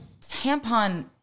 tampon